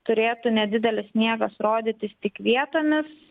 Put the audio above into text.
turėtų nedidelis sniegas rodytis tik vietomis